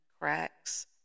cracks